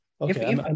Okay